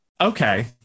okay